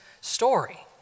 story